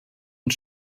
und